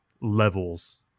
levels